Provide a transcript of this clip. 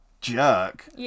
jerk